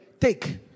take